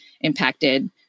impacted